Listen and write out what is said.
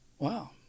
Wow